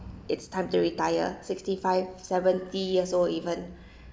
it's time to retire sixty five seventy years old even